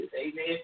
Amen